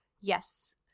yes